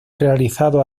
realizado